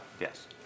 Yes